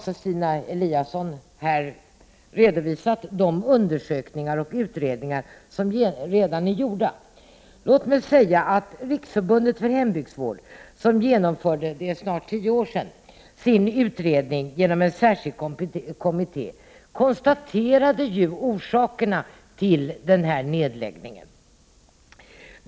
Stina Eliasson har här redovisat de undersökningar och utredningar som redan är gjorda. Låt mig säga att Riksförbundet för hembygdsvård, som för snart 10 år sedan genomförde sin utredning genom en särskild kommitté, ju konstaterade orsakerna till denna nedläggning.